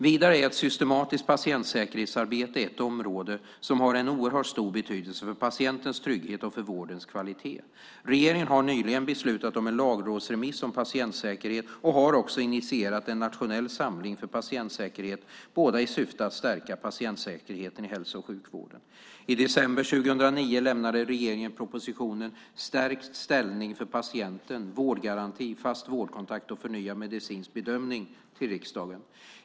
Vidare är ett systematiskt patientsäkerhetsarbete ett område som har en oerhört stor betydelse för patientens trygghet och för vårdens kvalitet. Regeringen har nyligen beslutat om en lagrådsremiss om patientsäkerhet och har också initierat en nationell samling för patientsäkerhet, båda i syfte att stärka patientsäkerheten i hälso och sjukvården. I december 2009 avlämnade regeringen propositionen Stärkt ställning för patienten - vårdgaranti, fast vårdkontakt och förnyad medicinsk bedömning till riksdagen.